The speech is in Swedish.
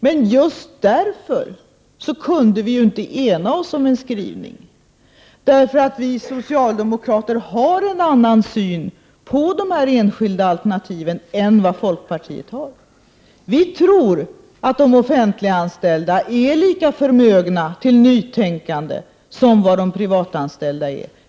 Det är just därför som vi inte kunde ena oss om en skrivning. Vi socialdemokrater har en annan syn på de enskilda alternativen än vad folkpartiet har. Vi tror att de offentliganställda är lika förmögna till nytänkande som de privatanställda är.